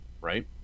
right